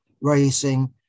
racing